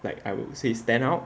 like I would say stand out